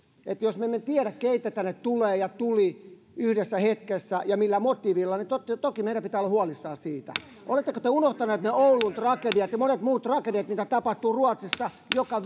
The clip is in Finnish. että jos me emme tiedä keitä tänne tulee ja tuli yhdessä hetkessä ja millä motiivilla niin toki meidän pitää olla huolissamme siitä oletteko te unohtaneet ne oulun tragediat ja monet muut tragediat mitä tapahtuu ruotsissa joka